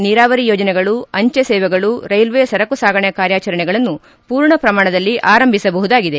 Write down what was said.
ನೀರಾವರಿ ಯೋಜನೆಗಳು ಅಂಚೆ ಸೇವೆಗಳು ರೈಲ್ವೆ ಸರಕು ಸಾಗಾಣೆ ಕಾರ್ಯಚರಣೆಗಳನ್ನು ಮೂರ್ಣ ಪ್ರಮಾಣದಲ್ಲಿ ಆರಂಭಿಸಬಹುದಾಗಿದೆ